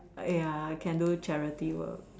ya can do charity work